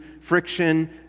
friction